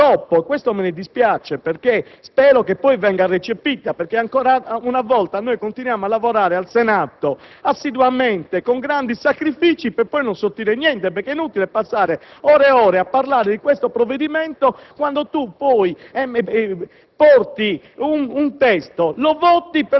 la posizione della Commissione sanità, che peraltro non è pervenuta; infatti, è stata letta dopo e me ne dispiace. Spero venga recepita, perché ancora una volta noi continuiamo a lavorare al Senato assiduamente, con grandi sacrifici, per poi non sortire alcun risultato, perchè è inutile passare ore e ore a parlare di questo provvedimento